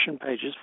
pages